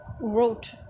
wrote